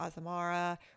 Azamara